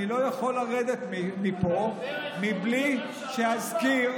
אני לא יכול לרדת מפה בלי שאזכיר,